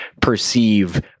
perceive